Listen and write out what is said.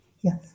Yes